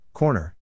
Corner